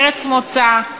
ארץ מוצא,